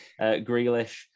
Grealish